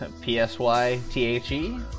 P-S-Y-T-H-E